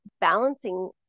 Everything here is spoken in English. balancing